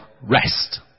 rest